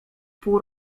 pół